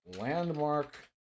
landmark